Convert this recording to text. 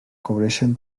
cobreixen